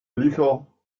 licho